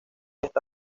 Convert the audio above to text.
esta